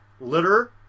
litter